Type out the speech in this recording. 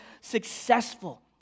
successful